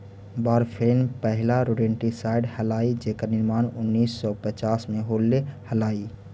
warfarin पहिला rodenticide हलाई जेकर निर्माण उन्नीस सौ पच्चास में होले हलाई